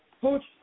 Coach